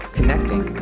Connecting